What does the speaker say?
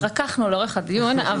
התרככנו לאורך הדיון.